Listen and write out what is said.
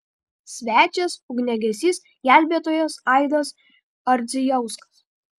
svečias ugniagesys gelbėtojas aidas ardzijauskas